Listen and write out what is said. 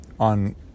on